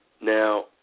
Now